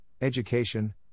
education